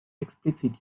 explizit